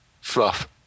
fluff